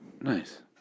Nice